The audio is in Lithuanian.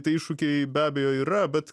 tai iššūkiai be abejo yra bet